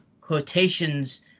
quotations